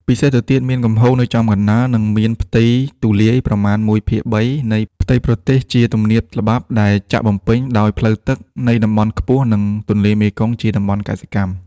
ពិសេសទៅទៀតមាន កំហូងនៅចំកណ្តាល និងមានផ្ទៃទូលាយប្រមាណ១ភាគ៣នៃផ្ទៃប្រទេសជាទំនាបល្បាប់ ដែលចាក់បំពេញ ដោយផ្លូវទឹកនៃតំបន់ខ្ពស់ និង ទន្លេមេគង្គជាតំបន់កសិកម្ម។